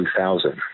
2000